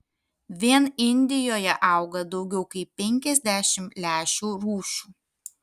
vien indijoje auga daugiau kaip penkiasdešimt lęšių rūšių